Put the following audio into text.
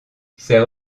ses